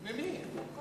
ממי?